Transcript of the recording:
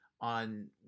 on